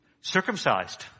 Circumcised